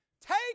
take